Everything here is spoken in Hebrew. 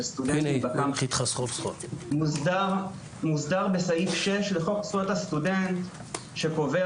סטודנטים בקמפוסים מוסדר בסעיף 6 לחוק זכויות הסטודנט שקובע